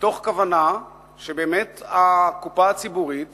מתוך כוונה שהקופה הציבורית